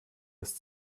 ist